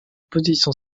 position